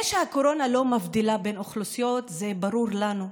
זה שהקורונה לא מבדילה בין אוכלוסיות זה ברור לנו,